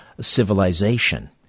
civilization